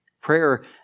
Prayer